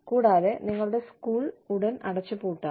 കൂടാതെ നിങ്ങളുടെ സ്കൂൾ ഉടൻ അടച്ചുപൂട്ടാം